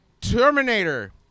Terminator